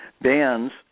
bands